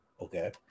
Okay